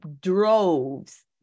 droves